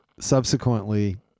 Subsequently